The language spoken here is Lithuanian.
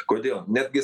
kodėl netgi